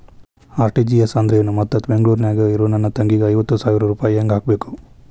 RTGS ಅಂದ್ರ ಏನು ಮತ್ತ ಬೆಂಗಳೂರದಾಗ್ ಇರೋ ನನ್ನ ತಂಗಿಗೆ ಐವತ್ತು ಸಾವಿರ ರೂಪಾಯಿ ಹೆಂಗ್ ಹಾಕಬೇಕು?